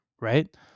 right